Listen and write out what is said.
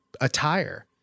attire